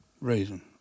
reason